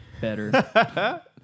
better